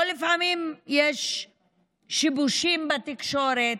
או שלפעמים יש שיבושים בתקשורת?